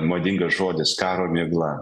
modingas žodis karo migla